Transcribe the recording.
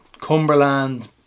Cumberland